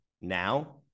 now